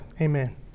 Amen